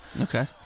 Okay